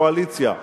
הקואליציה.